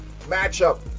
matchup